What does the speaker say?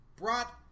brought